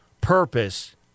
purpose